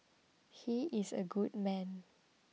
he is a good man